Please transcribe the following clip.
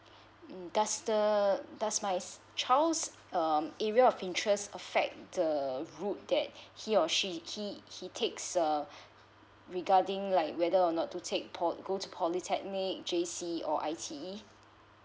mm does the does my child um area of interest affect the route that he or she he he takes the regarding like whether or not to take po~ go to polytechnic J_C or I_T_E